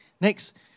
Next